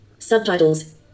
Subtitles